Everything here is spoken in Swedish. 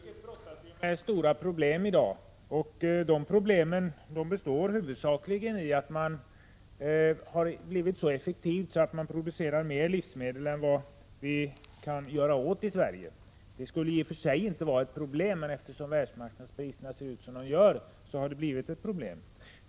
Fru talman! Jordbruket brottas med stora problem i dag. Dessa problem består huvudsakligen i att man inom jordbruksnäringen har blivit så effektiv att man producerar mer livsmedel än vad vi kan göra av med i Sverige. Det borde i och för sig inte vara något problem, men eftersom världsmarknadspriserna är som de är, så har det blivit ett problem.